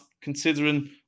considering